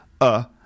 a-